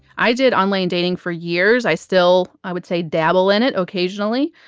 i did online dating for years, i still, i would say, dabble in it occasionally.